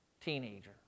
teenager